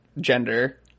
gender